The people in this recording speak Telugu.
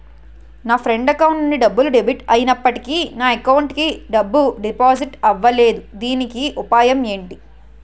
నా ఫ్రెండ్ అకౌంట్ నుండి డబ్బు డెబిట్ అయినప్పటికీ నా అకౌంట్ కి డబ్బు డిపాజిట్ అవ్వలేదుదీనికి ఉపాయం ఎంటి?